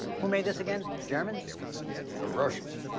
who made this again, germans? the russians.